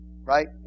Right